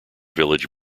village